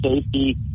safety